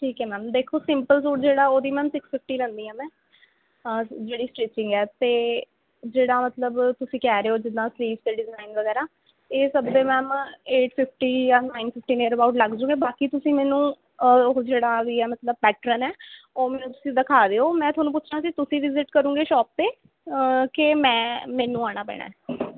ਠੀਕ ਹੈ ਮੈਮ ਦੇਖੋ ਸਿੰਪਲ ਸੂਟ ਜਿਹੜਾ ਉਹਦੀ ਮੈਮ ਸਿਕਸ ਫਿਫਟੀ ਲੈਂਦੀ ਹੈ ਮੈਂ ਜਿਹੜੀ ਸਟੀਚਿੰਗ ਹੈ ਅਤੇ ਜਿਹੜਾ ਮਤਲਬ ਤੁਸੀਂ ਕਹਿ ਰਹੇ ਹੋ ਜਿੱਦਾਂ ਸਲੀਵਸ 'ਤੇ ਡਿਜ਼ਾਈਨ ਵਗੈਰਾ ਇਹ ਸਭ ਦੇ ਮੈਮ ਏਟ ਫ਼ਿਫਟੀ ਜਾਂ ਨਾਈਨ ਫ਼ਿਫਟੀ ਨੀਅਰ ਅਬਾਉਟ ਲੱਗਜੂਗੇ ਬਾਕੀ ਤੁਸੀਂ ਮੈਨੂੰ ਉਹ ਜਿਹੜਾ ਵੀ ਹੈ ਮਤਲਬ ਪੈਟਰਨ ਹੈ ਉਹ ਮੈਨੂੰ ਤੁਸੀਂ ਦਿਖਾ ਦਿਓ ਮੈਂ ਤੁਹਾਨੂੰ ਪੁੱਛਣਾ ਸੀ ਤੁਸੀਂ ਵੀਜ਼ਿਟ ਕਰੂਂਗੇ ਸ਼ੋਪ 'ਤੇ ਕਿ ਮੈਂ ਮੈਨੂੰ ਆਉਣਾ ਪੈਂਣਾ